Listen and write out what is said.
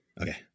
Okay